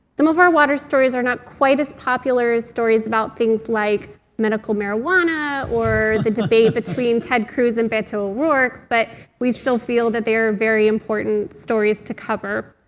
some of our water stories are not quite as popular as stories about things like medical marijuana or the debate between ted cruz and beto o'rourke, but we still feel that they are very important stories to cover.